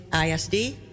ISD